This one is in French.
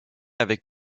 avec